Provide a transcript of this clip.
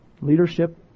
leadership